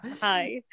Hi